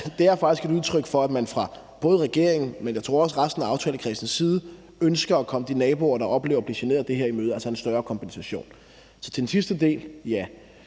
Det er faktisk et udtryk for, at man fra både regeringens, men også fra resten af aftalekredsens side, tror jeg, ønsker at komme de naboer, der oplever at blive generet af det her, i møde, altså med en større kompensation. Så til den sidste del vil